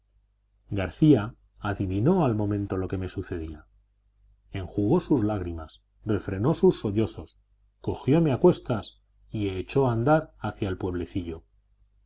garcía adivinó al momento lo que me sucedía enjugó sus lágrimas refrenó sus sollozos cogióme a cuestas y echó a andar hacia el pueblecillo